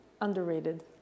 Underrated